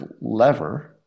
lever